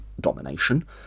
domination